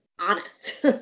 honest